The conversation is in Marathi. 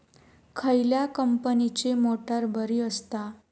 खयल्या कंपनीची मोटार बरी असता?